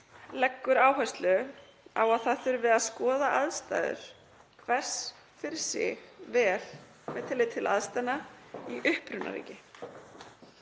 leggur áherslu á að það þurfi að skoða aðstæður hvers fyrir sig vel með tilliti til aðstæðna í upprunaríki